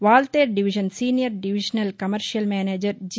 Waltair division senior divisional commercial manager G